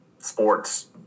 sports